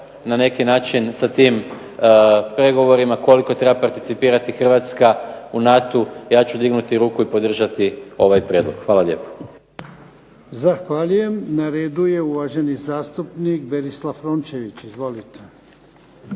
na neki način sa tim pregovorima koliko treba participirati Hrvatska u NATO-u ja ću dignuti ruku i podržati ovaj prijedlog. Hvala lijepo. **Jarnjak, Ivan (HDZ)** Zahvaljujem. Na redu je uvaženi zastupnik Berislav Rončević. Izvolite.